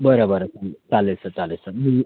बरं बरं चालेल चालेल सर चालेल सर मी मी